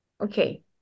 okay